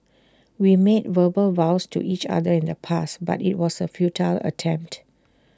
we made verbal vows to each other in the past but IT was A futile attempt